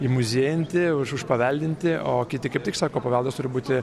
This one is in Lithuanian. įmuziejinti už užpaveldinti o kiti kaip tik sako paveldas turi būti